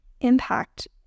impact